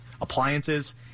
appliances